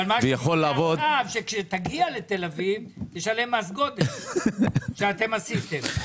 אבל כשתגיע לתל אביב, תשלם מס גודש שאתם עשיתם.